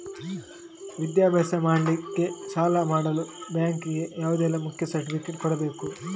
ವಿದ್ಯಾಭ್ಯಾಸ ಮಾಡ್ಲಿಕ್ಕೆ ಸಾಲ ಮಾಡಲು ಬ್ಯಾಂಕ್ ಗೆ ಯಾವುದೆಲ್ಲ ಮುಖ್ಯ ಸರ್ಟಿಫಿಕೇಟ್ ಕೊಡ್ಬೇಕು?